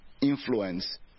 influence